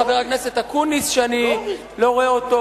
חבר הכנסת אקוניס שאני לא רואה אותו,